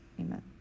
Amen